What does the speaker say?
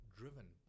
driven